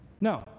No